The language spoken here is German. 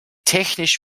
technisch